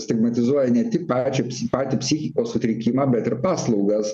stigmatizuoja ne tik pačią psich patį psichikos sutrikimą bet ir paslaugas